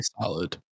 solid